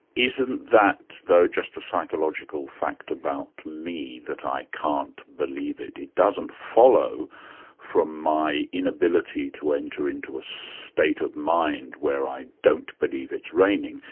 isn't that though just a psychological fact about me that i can't believe it? it doesn't follow from my inability to enter into ah state of mind where i don't believe it's raining,